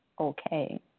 okay